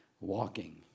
walking